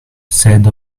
said